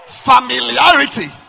Familiarity